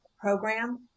program